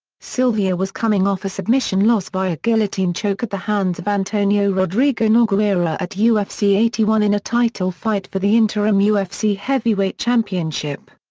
sylvia was coming off a submission loss via guillotine choke at the hands of antonio rodrigo nogueira at ufc eighty one in a title fight for the interim ufc heavyweight championship.